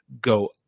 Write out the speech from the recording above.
go